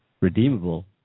redeemable